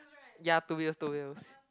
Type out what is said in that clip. ya two wheels two wheels